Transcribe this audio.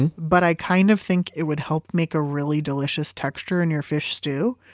and but i kind of think it would help make a really delicious texture in your fish stew,